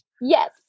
Yes